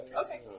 Okay